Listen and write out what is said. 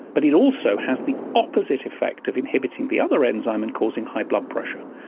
but it also has the opposite effect of inhibiting the other enzyme and causing high blood pressure.